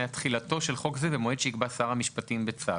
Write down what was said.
תחילתו של חוק זה היא במועד שיקבע שר המשפטים בצו.